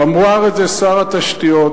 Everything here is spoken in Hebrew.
אמר את זה שר התשתיות,